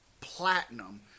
platinum